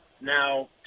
now